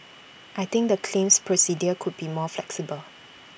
I think the claims procedure could be more flexible